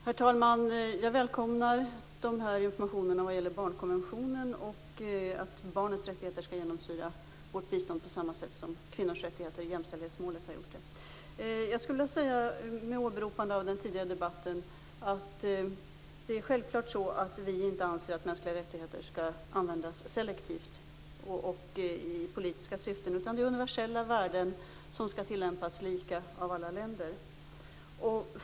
Herr talman! Jag välkomnar de här informationerna om barnkonventionen och om att barnens rättigheter skall genomsyra vårt bistånd på samma sätt som kvinnors rättigheter, jämställdhetsmålet, har gjort det. Jag skulle, med åberopande av den tidigare debatten vilja säga att det självklart inte är så att vi anser att mänskliga rättigheter skall användas selektivt och i politiska syften. Det är universella värden som skall tillämpas lika av alla länder.